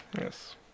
Yes